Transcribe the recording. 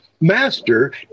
master